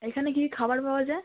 এখানে কী কী খাবার পাওয়া যায়